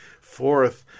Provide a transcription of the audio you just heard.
Fourth